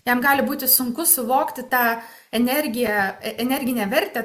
jam gali būti sunku suvokti tą energiją energinę vertę